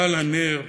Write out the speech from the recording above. גל הנר,